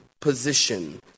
position